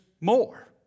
more